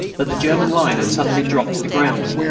but the german line had suddenly dropped to the ground.